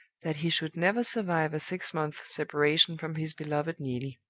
that he should never survive a six months' separation from his beloved neelie.